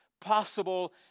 possible